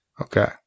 Okay